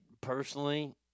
personally